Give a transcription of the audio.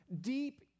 Deep